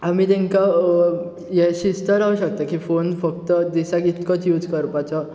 आमी तेंका हे शिस्त लावंक शकता की फोन फक्त दिसाक इतकोच यूज करपाचो